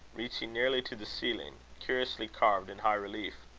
reaching nearly to the ceiling, curiously carved in high relief.